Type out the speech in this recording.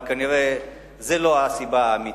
אבל כנראה זו לא הסיבה האמיתית.